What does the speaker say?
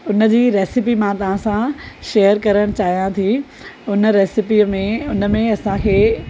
उन जी रैसेपी मां तव्हां सां शेयर करणु चाहियां थी उन रैसेपी में उन में असांखे